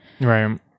right